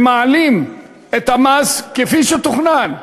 שמעלים את המס כפי שתוכנן,